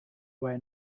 where